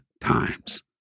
times